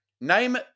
name